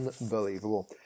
unbelievable